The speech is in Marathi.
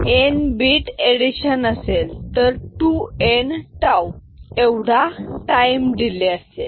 आणि एन बीट एडिशन असेल तर 2n tau एवढा टाईम डीले असेल